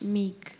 meek